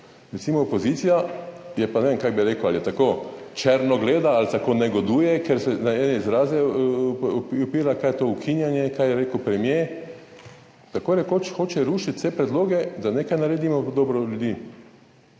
Recimo opozicija je pa, ne vem, kaj bi rekel, ali je tako črnogleda ali tako negoduje, ker se na ene izraze upira, kaj je to ukinjanje, kaj je rekel premier, tako rekoč hoče rušiti vse predloge, da nekaj naredimo v dobro ljudi,